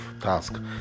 task